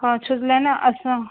हा छो जे लाइ न असां